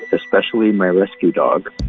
especially my rescue dog.